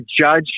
Judge